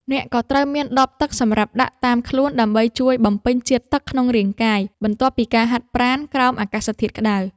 អ្នកក៏ត្រូវមានដបទឹកសម្រាប់ដាក់តាមខ្លួន ដើម្បីជួយបំពេញជាតិទឹកក្នុងរាងកាយ បន្ទាប់ពីការហាត់ប្រាណក្រោមអាកាសធាតុក្ដៅ។